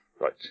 right